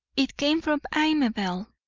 it came from amabel,